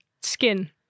Skin